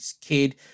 kid